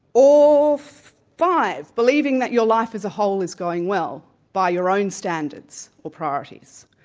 or five. believing that your life as a whole is going well by your own standards or priorities.